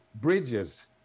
bridges